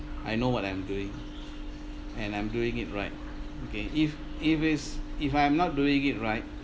I know what I'm doing and I'm doing it right okay if if is if I'm not doing it right